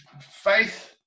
faith